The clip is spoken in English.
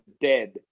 dead